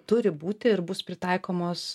turi būti ir bus pritaikomos